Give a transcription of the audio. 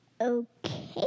Okay